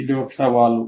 అది ఒక సవాలు